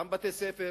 באותם בתי-ספר,